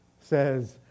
says